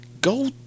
Go